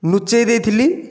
ଲୁଚାଇ ଦେଇଥିଲି